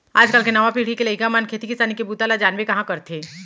आज काल के नवा पीढ़ी के लइका मन खेती किसानी के बूता ल जानबे कहॉं करथे